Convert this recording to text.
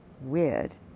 weird